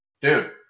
dude